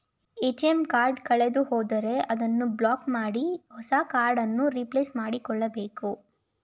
ATM card ಕಳೆದುಹೋದರೆ ಅದನ್ನು block ಮಾಡಿ ಹೊಸ ಕಾರ್ಡ್ ಅನ್ನು ರಿಪ್ಲೇಸ್ ಮಾಡಿಸಿಕೊಳ್ಳಬೇಕು